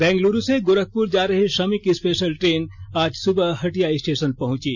बैंगलोर से गोरखपुर जा रही श्रमिक स्पेशल ट्रेन आज सुबह हटिया स्टेशन पहुंची